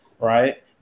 right